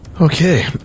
Okay